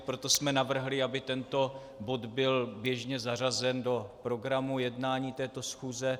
Proto jsme navrhli, aby tento bod byl běžně zařazen do programu jednání této schůze.